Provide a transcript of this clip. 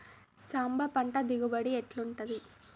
సాంబ పంట దిగుబడి ఎట్లుంటది?